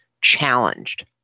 challenged